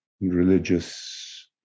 religious